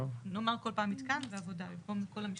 נאמר כל פעם מתקן ועבודה, במקום כל המשפט.